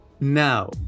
Now